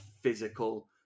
physical